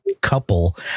couple